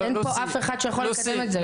אין פה אף אחד שיכול לקדם את זה,